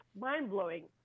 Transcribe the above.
mind-blowing